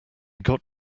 got